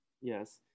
Yes